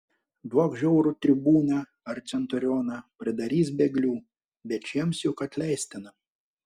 duok žiaurų tribūną ar centurioną pridarys bėglių bet šiems juk atleistina